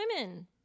women